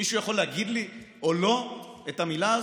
מישהו יכול להגיד לי או לו את המילה הזו?